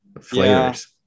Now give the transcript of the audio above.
flavors